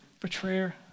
betrayer